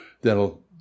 that'll